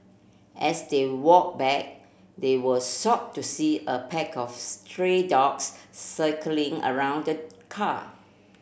as they walked back they were shocked to see a pack of stray dogs circling around the car